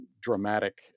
dramatic